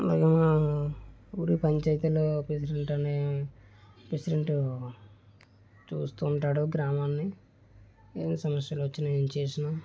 అలాగే మా ఊరి పంచాయతీలో ప్రెసిడెంట్ అని ప్రెసిడెంట్ చూస్తు ఉంటాడు గ్రామాన్ని ఏమి సమస్యలు వచ్చినా ఏమి చేసినా